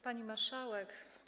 Pani Marszałek!